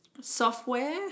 Software